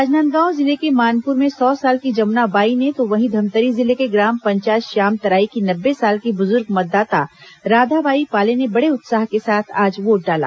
राजनादगांव जिले के मानपुर में सौ साल की जमुना बाई ने तो वहीं धमतरी जिले के ग्राम पंचायत श्यामतराई की नब्बे साल की बुजुर्ग मतदाता राधाबाई पाले ने बड़े उत्साह के साथ आज वोट डाला